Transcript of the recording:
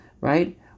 right